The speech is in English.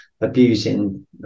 abusing